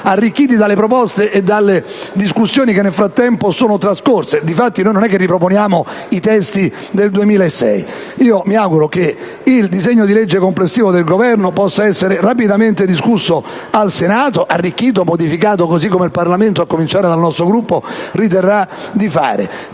arricchite dalle proposte e dalle discussioni svolte nel frattempo. Di fatto, non riproponiamo i testi del 2006. Mi auguro che il disegno di legge complessivo del Governo possa essere rapidamente discusso al Senato, arricchito e modificato così come il Parlamento, a cominciare dal nostro Gruppo, riterrà di fare